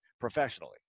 professionally